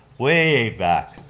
way back,